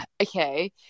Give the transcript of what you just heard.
okay